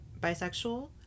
bisexual